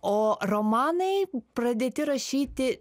o romanai pradėti rašyti